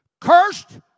Cursed